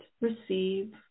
receive